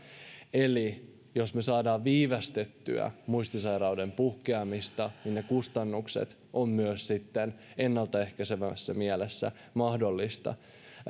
eli jos me saamme viivästettyä muistisairauden puhkeamista ne kustannukset on myös sitten ennaltaehkäisevässä mielessä mahdollista